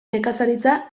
nekazaritza